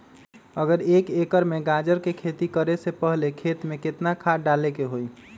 अगर एक एकर में गाजर के खेती करे से पहले खेत में केतना खाद्य डाले के होई?